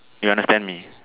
you understand me